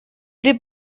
при